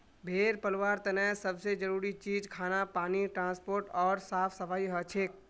भेड़ पलवार तने सब से जरूरी चीज खाना पानी ट्रांसपोर्ट ओर साफ सफाई हछेक